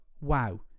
wow